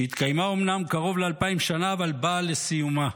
שהתקיימה אומנם קרוב לאלפיים שנה, אבל באה לסיומה.